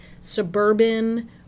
Suburban